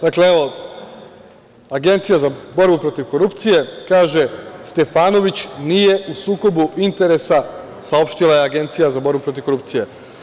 Dakle, evo, Agencija za borbu protiv korupcije kaže – Stefanović nije u sukobu interesa, saopštila je Agencija za borbu protiv korupcije.